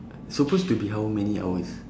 supposed to be how many hours